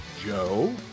Joe